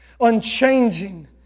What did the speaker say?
unchanging